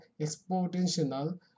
exponential